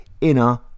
inner